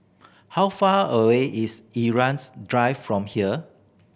how far away is Irau Drive from here